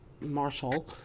Marshall